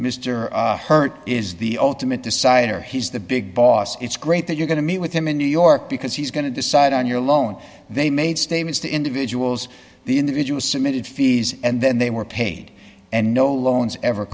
mr hurd is the ultimate decider he's the big boss it's great that you're going to meet with him in new york because he's going to decide on your loan they made statements to individuals the individual submitted fees and then they were paid and no loans ever